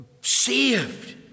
saved